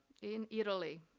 in italy.